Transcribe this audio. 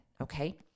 Okay